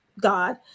god